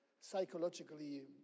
psychologically